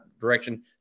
direction